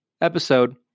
episode